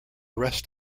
rest